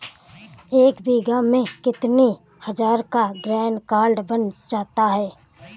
एक बीघा में कितनी हज़ार का ग्रीनकार्ड बन जाता है?